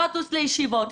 לא אטוס לישיבות,